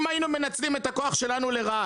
אם היינו מנצלים את הכוח שלנו לרעה,